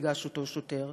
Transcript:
ניגש אותו שוטר?